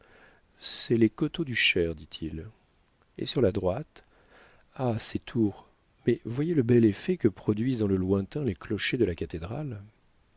sont les coteaux du cher dit-il et sur la droite ah c'est tours mais voyez le bel effet que produisent dans le lointain les clochers de la cathédrale